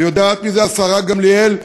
ויודעת מזה השרה גמליאל,